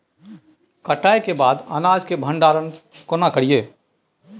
कटाई के बाद अनाज के भंडारण केना करियै?